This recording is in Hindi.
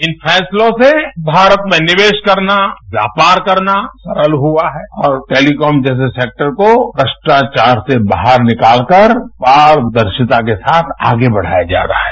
इन फैसलों से भारत में निवेश करना व्यापार करना सरल हुआ है और टेलिकॉम जैसे सेक्टर को भ्रष्टाचार से बाहर निकाल कर पारदर्शिता को साथ आगे बढ़ाया जा रहा है